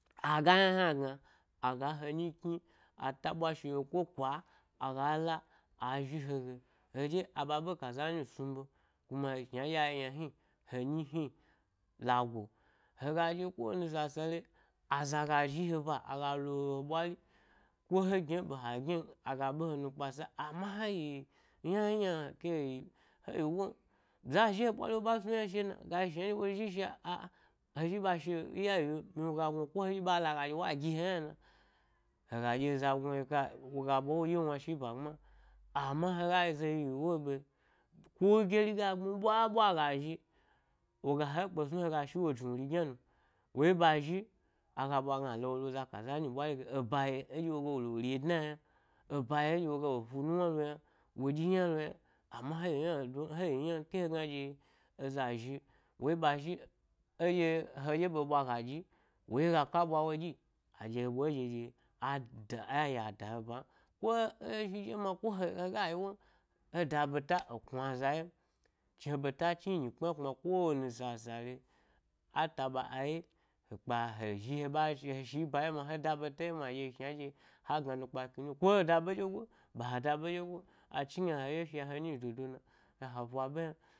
Aga yna yna gna, aga hayi kni a ta bwa shi’o ko kwa aga la zhi ha ge heɗye aba be kaza nyi sni be, kuma shna nɗye ayi yna hni, he nyi ni lago-hega ɗye ko wam sasal aza ga zhi he ba aga lo he ɓwari, ko he gyno aga ɓe he nukpa sa ama he yi yna ɗye. Ke heyi-heyi won, za zhi he bwari wo ɓa snu yna shi’o, na ga yi shna nɗye wo zhi sha a-a- he zhi ɓa shi’o n yayiwu miwnu ga gnu he ko he zhiɓa laga wa gi he yna na hega ɗye eza go he ka woga ɓwa wodye wna shi ba gbma. Amna hega zo yiyi ewo ɓe ko gyeri ga gbni ɓwa ɓwa ga zhi woga he kpe snun hega shi wo zhniwnmi gyna no, wo zhi ɓa zhi aga bwa gna a lawo lo za ka za nyi ɓwari ge eba yo eɗye woga be re dna yna eba yo eɗye wogate redna yna eba yo eɗye woga le fu nuwna dna yna wo ɗyi yna in yna lo yna. Amma he yi yndon heyi won ke hegna ɗye eza zhi, eɗye heɗye ɓe ɓwa ga ɗyin wo ɗye a ɗye he ɓwa ye ɗye ɗye ada, a ye a da he ban, ko e’ e zhi ɗye ma hega yi won he da beta e knu aza yen, he bea chni nyi kpma kpna ko wani sasale, a taba a ye he kpa he zhi he ba shi he shi ba ai ma he da ɓeta ɗye ma aɗye yi shna ɗye ha gna nakpa kni nyi ko he da ba ɗye goi ɓe ha da ɓe ɗyegoin achnigna he nyi sha hayi yi dodo na ɗye ha fa ɓe hna.